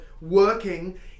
working